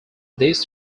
these